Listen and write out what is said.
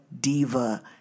Diva